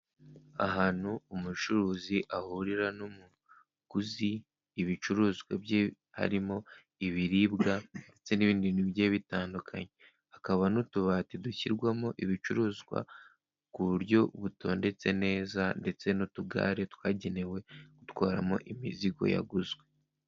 Ahantu umucuruzi ahurira n'umuguzi ibicuruzwa bye harimo ibiribwa ndetse n'ibindi bintu bigiye bitandukanye hakaba n'utubati dushyirwamo ibicuruzwa ku buryo butondetse neza ndetse n'utugare twagenewe gutwaramo imizigo yaguzwe.